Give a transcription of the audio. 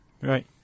Right